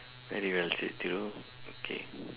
very well said Thiru okay